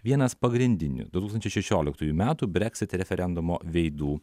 vienas pagrindinių du tūkstančiai šešioliktųjų metų brexit referendumo veidų